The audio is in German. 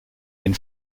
den